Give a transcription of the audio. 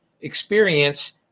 experience